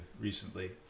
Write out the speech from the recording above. recently